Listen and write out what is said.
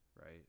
right